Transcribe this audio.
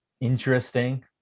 interesting